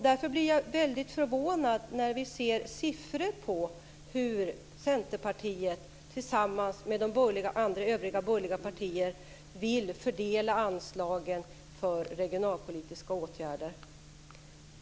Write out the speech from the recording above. Därför blir jag väldigt förvånad när jag ser siffror på hur Centerpartiet tillsammans med de övriga borgerliga partierna vill fördela anslagen för regionalpolitiska åtgärder.